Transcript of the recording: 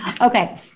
Okay